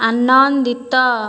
ଆନନ୍ଦିତ